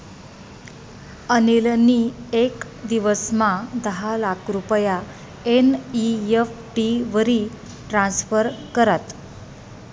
अनिल नी येक दिवसमा दहा लाख रुपया एन.ई.एफ.टी वरी ट्रान्स्फर करात